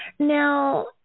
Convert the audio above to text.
Now